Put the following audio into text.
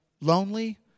lonely